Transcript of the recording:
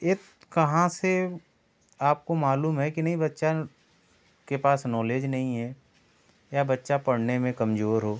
ये कहाँ से आपको मालूम है कि नहीं बच्चा के पास नॉलेज नहीं है या बच्चा पढ़ने में कमजोर हो